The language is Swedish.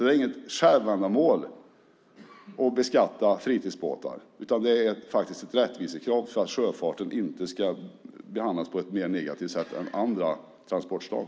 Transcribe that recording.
Det är inget självändamål att beskatta fritidsbåtar. Det är ett rättvisekrav för att sjöfarten inte ska behandlas på ett mer negativt sätt än andra transportslag.